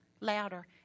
louder